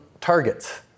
targets